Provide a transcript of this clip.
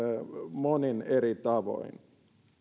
monin eri tavoin